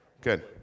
Good